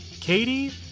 katie